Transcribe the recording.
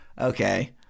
Okay